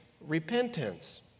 repentance